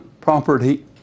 property